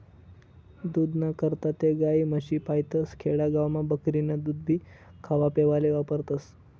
दूधना करता ते गायी, म्हशी पायतस, खेडा गावमा बकरीनं दूधभी खावापेवाले वापरतस